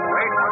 Wait